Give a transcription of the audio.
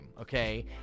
okay